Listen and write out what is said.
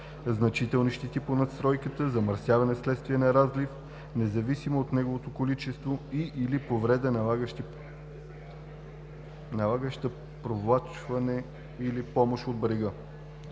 значителни щети по надстройката, замърсяване вследствие на разлив, независимо от неговото количество, и/или повреда, налагаща провлачване или помощ от брега.